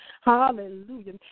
hallelujah